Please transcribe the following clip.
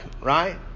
Right